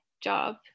job